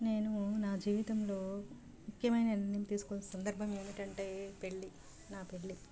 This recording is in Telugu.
నేను నా జీవితంలో ముఖ్యమైన నిర్ణయం తీసుకోవాల్సిన సందర్భం ఏమిటంటే పెళ్లి నా పెళ్ళి